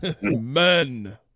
men